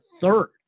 third